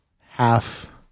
half